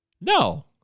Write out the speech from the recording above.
No